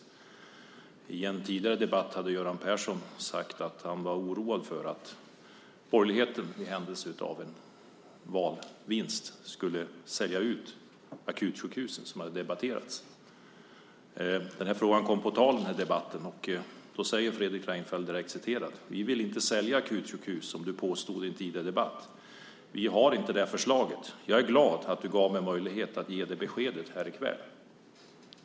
I en tidigare debatt hade Göran Persson sagt att han var oroad för att borgerligheten i händelse av en valvinst skulle sälja ut akutsjukhusen, som hade debatterats. Den frågan kom på tal i den här debatten, och då sade Fredrik Reinfeldt: "Vi vill inte sälja akutsjukhus som du påstod i en tidigare debatt. Vi har inte det förslaget och jag är glad att du gav mig möjlighet att ge det beskedet här i kväll."